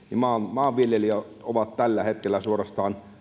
maanviljelijät ovat suorastaan